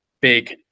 big